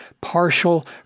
partial